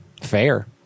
Fair